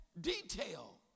detail